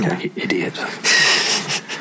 idiot